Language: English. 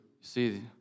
see